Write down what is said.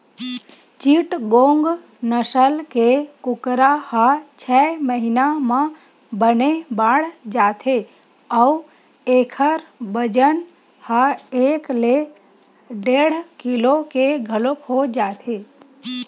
चिटगोंग नसल के कुकरा ह छय महिना म बने बाड़ जाथे अउ एखर बजन ह एक ले डेढ़ किलो के घलोक हो जाथे